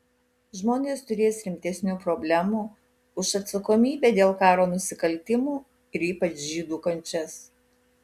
žmonės turės rimtesnių problemų už atsakomybę dėl karo nusikaltimų ir ypač žydų kančias